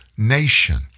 nation